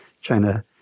China